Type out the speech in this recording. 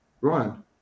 ryan